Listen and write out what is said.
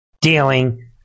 dealing